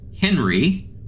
Henry